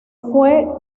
fue